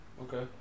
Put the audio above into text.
okay